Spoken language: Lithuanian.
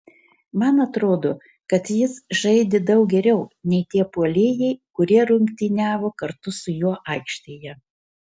man atrodo kad jis žaidė daug geriau nei tie puolėjai kurie rungtyniavo kartu su juo aikštėje